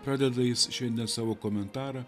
pradeda jis šiandien savo komentarą